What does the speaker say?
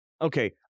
Okay